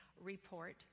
report